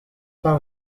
par